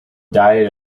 diet